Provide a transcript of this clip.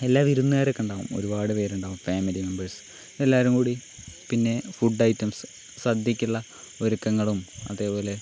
എല്ലാ വിരുന്നുകാരൊക്കെയുണ്ടാകും ഒരു പാട് പേരുണ്ടാകും ഫാമിലി മെമ്പേഴ്സ് എല്ലാവരും കൂടി പിന്നെ ഫുഡ് ഐറ്റംസ് സദ്യക്കൊള്ള ഒരുക്കങ്ങളും അതേപോലെ